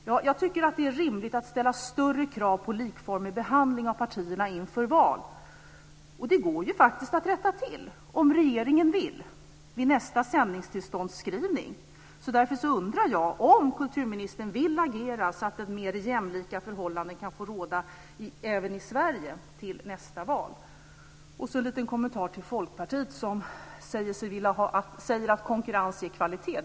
Jag tycker att det är rimligt att ställa större krav på likformig behandling av partierna inför val. Det går faktiskt att rätta till, om regeringen vill, vid nästa sändningstillståndsskrivning. Därför undrar jag om kulturministern vill agera så att mer jämlika förhållanden kan få råda även i Sverige till nästa val. En liten kommentar till Folkpartiet, som säger att konkurrens är kvalitet.